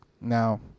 Now